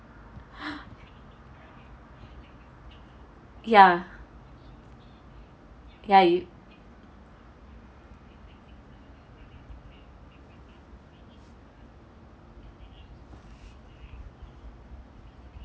ya ya